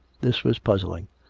this was puzzling.